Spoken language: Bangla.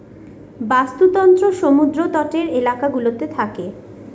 বাস্তুতন্ত্র সমুদ্র তটের এলাকা গুলোতে থাকে